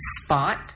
spot